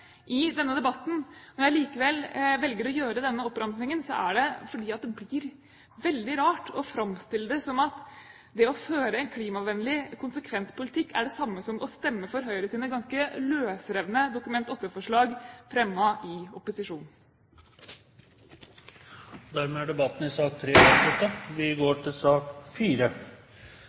i denne debatten. Når jeg likevel velger å gjøre denne oppramsingen, er det fordi det blir veldig rart å framstille det som at det å føre en klimavennlig konsekvent politikk, er det samme som å stemme for Høyres ganske løsrevne Dokument nr. 8-forslag fremmet i opposisjon. Ingen flere har bedt om ordet til sak